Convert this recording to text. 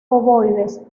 ovoides